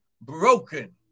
broken